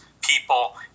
people